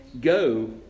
go